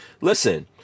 Listen